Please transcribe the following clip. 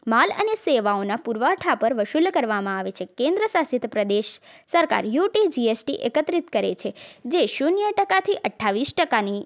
માલ અને સેવાઓના પુરવઠા પર વસુલ કરવામાં આવે છે કેન્દ્રશાસિત પ્રદેશ સરકાર U T G S T એકત્રિત કરે છે જે શૂન્ય ટકાથી અઠ્ઠાવીસ ટકાની